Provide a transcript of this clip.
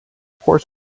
course